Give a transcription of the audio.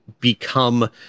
become